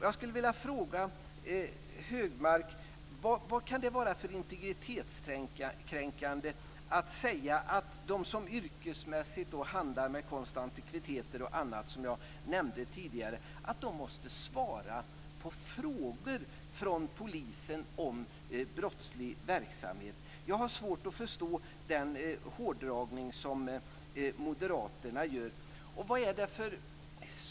Jag vill fråga Högmark: Vad kan det vara för integritetskränkande i att de som yrkesmässigt handlar med konst och antikviteter måste svara på frågor från polisen om brottslig verksamhet? Jag har svårt att förstå den hårdragning som moderaterna gör här.